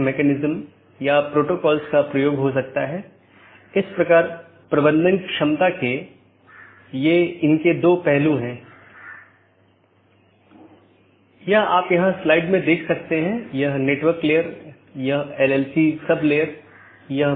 इसका मतलब है कि BGP का एक लक्ष्य पारगमन ट्रैफिक की मात्रा को कम करना है जिसका अर्थ है कि यह न तो AS उत्पन्न कर रहा है और न ही AS में समाप्त हो रहा है लेकिन यह इस AS के क्षेत्र से गुजर रहा है